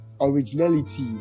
originality